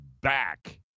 back